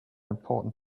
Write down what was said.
important